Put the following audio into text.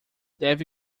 deve